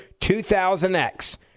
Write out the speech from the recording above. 2000X